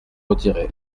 retiré